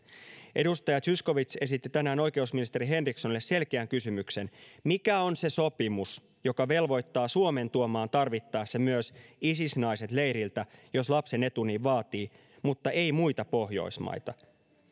edustaja zyskowicz esitti tänään oikeusministeri henrikssonille selkeän kysymyksen mikä on se sopimus joka velvoittaa suomen tuomaan tarvittaessa myös isis naiset leiriltä jos lapsen etu niin vaatii mutta ei muita pohjoismaita